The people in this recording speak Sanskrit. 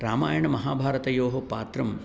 रामायणमहाभारतयोः पात्रं